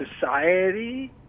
society